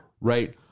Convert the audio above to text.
right